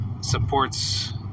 supports